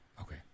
Okay